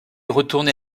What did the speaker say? retourné